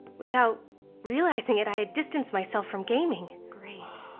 without realizing it, i had distanced myself from gaming. great!